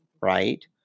Right